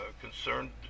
concerned